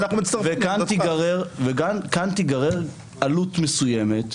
וכאן תיגרר עלות מסוימת,